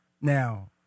now